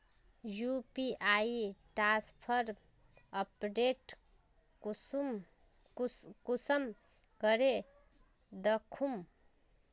UPI transfer update कुंसम करे दखुम?